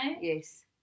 Yes